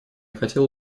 хотела